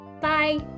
Bye